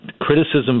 criticism